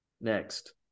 next